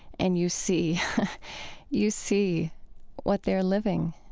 and you see you see what they're living,